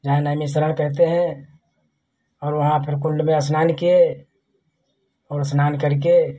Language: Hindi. जहाँ नैमिशारण्य कहते हैं और वहाँ पर कुंड में स्नान किए और स्नान करके